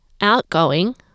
outgoing